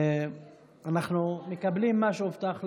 אנחנו מקבלים את מה שהובטח לנו,